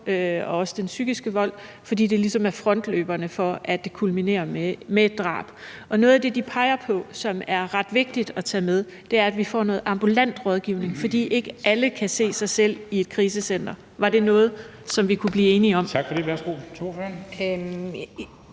også den psykiske vold, fordi det ligesom er forløberne, før det kulminerer med et drab. Noget af det, de peger på, som er ret vigtigt at tage med, er, at vi får noget ambulant rådgivning, fordi ikke alle kan se sig selv i et krisecenter. Var det noget, som vi kunne blive enige om? Kl. 14:38